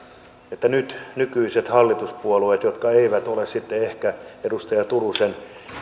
että nykyiset hallituspuolueet jotka eivät ole sitten ehkä edustaja turusen